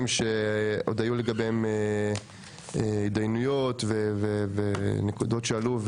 שעוד היו לגביהם התדיינויות ונקודות שעלו,